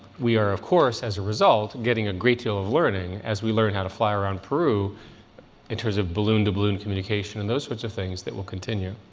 we are, of course, as a result, getting a great deal of learning as we learn how to fly around peru in terms of balloon-to-balloon communication and those sorts of things that will continue.